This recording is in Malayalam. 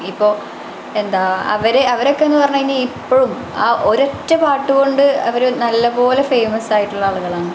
ഇപ്പോൾ എന്താ അവർ അവരൊക്കെയെന്നു പറഞ്ഞു കഴിഞ്ഞാൽ ഇപ്പോഴും ആ ഒരൊറ്റ പാട്ടു കൊണ്ട് അവർ നല്ലതു പോലെ ഫേമസായിട്ടുള്ള ആളുകളാണ്